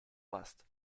last